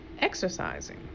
exercising